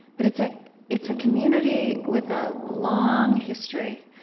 but it's ah it's a community with a long history,